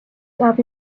saab